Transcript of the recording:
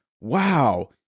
wow